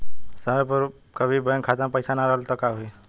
समय पर कभी बैंक खाता मे पईसा ना रहल त का होई?